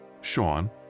sean